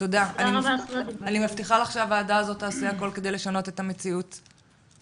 ואני מבטיחה לך שהוועדה הזאת תעשה הכל כדי לשנות את המציאות הזו.